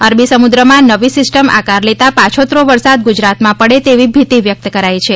અરબી સમુદ્રમાં નવી સિસ્ટમ આકાર લેતા પાછોતરે વરસાદ ગુજરાતમાં પડે તેવી ભીતી વ્યકત કરાઇ છે